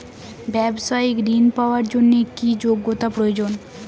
ব্যবসায়িক ঋণ পাওয়ার জন্যে কি যোগ্যতা প্রয়োজন?